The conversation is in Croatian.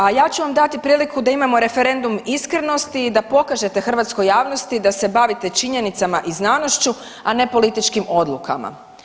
A ja ću vam dati priliku da imao referendum iskrenosti i da pokažete hrvatskoj javnosti da se bavite činjenicama i znanošću, a ne političkim odlukama.